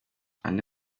andi